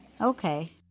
okay